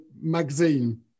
magazine